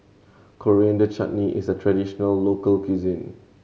Coriander Chutney is a traditional local cuisine